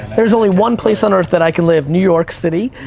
there's only one place on earth that i can live, new york city.